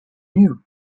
new